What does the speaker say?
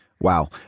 Wow